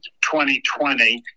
2020